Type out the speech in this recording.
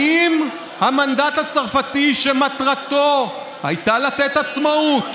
האם המנדט הצרפתי, שמטרתו הייתה לתת עצמאות